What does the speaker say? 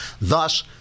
thus